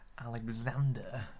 Alexander